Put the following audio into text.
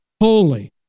holy